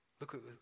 Look